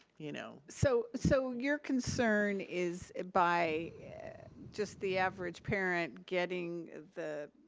you know. so so your concern is by just the average parent getting the,